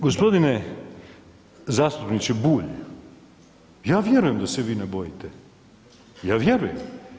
Gospodine zastupniče Bulj, ja vjerujem da se vi ne bojite, ja vjerujem.